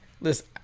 Listen